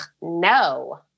no